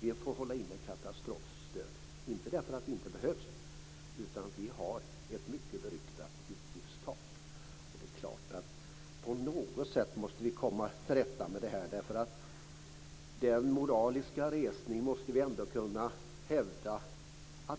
Vi får hålla inne katastrofstöd, inte därför att det inte behövs, utan därför att vi har ett mycket beryktat utgiftstak. På något sätt måste vi komma till rätta med det. Denna moraliska resning måste vi ändå kunna hävda.